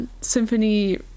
symphony